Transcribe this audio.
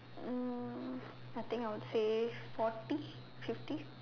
um I think I would say forty fifty